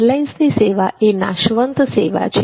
એરલાઇન્સની સેવા એ નાશવંત સેવા છે